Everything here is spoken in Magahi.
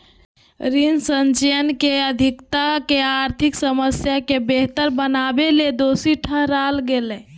ऋण संचयन के अधिकता के आर्थिक समस्या के बेहतर बनावेले दोषी ठहराल गेलय